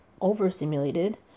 overstimulated